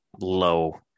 low